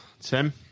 Tim